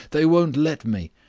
they won't let me.